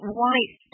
white